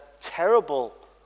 terrible